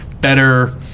better